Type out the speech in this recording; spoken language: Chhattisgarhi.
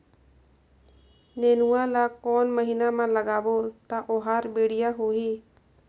नेनुआ ला कोन महीना मा लगाबो ता ओहार बेडिया होही?